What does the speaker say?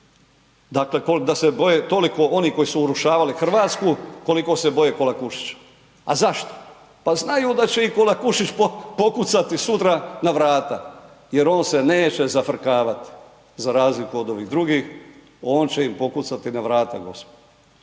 dakle da se boje toliko oni koji su urušavali Hrvatsku koliko se boje Kolakušića. A zašto? Pa znaju da će im Kolakušić pokucati sutra na vrata jer on se neće zafrkavati za razliku od ovih drugih, on će im pokucati na vrata gospodo.